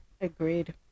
Agreed